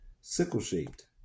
sickle-shaped